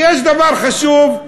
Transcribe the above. ויש דבר חשוב,